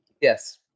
Yes